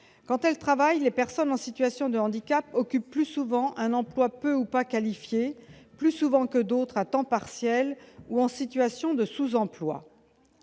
Quand elles travaillent, les personnes en situation de handicap occupent plus souvent un emploi peu ou pas qualifié, plus souvent que d'autres à temps partiel ou en situation de sous-emploi.